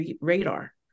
radar